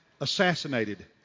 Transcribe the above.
assassinated